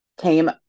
came